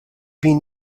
been